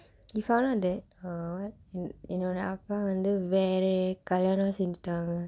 he found out that uh what என்னோட அப்பா வந்து வேற கல்யாணம் செஞ்சுட்டாங்க:ennooda appaa vandthu veera kalyaanam senjsutdaangka